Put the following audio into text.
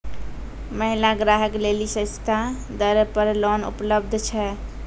महिला ग्राहक लेली सस्ता दर पर लोन उपलब्ध छै?